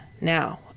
now